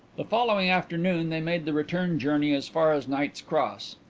the following afternoon they made the return journey as far as knight's cross.